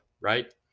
right